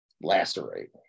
Lacerate